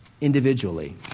individually